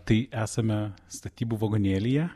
tai esame statybų vagonėlyje